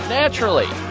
naturally